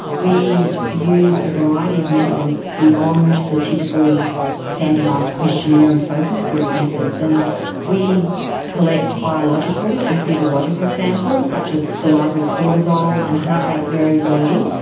we use a variety of methods beyond the typical standardised questionnaire and focus group methods, methods, and we collect biological and physiological samples such as salivary cortisol and heart rate variability,